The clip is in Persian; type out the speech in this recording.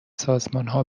سازمانها